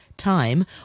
time